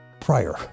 prior